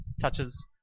touches